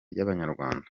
ry’abanyarwanda